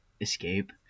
escape